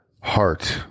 heart